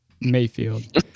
Mayfield